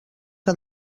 que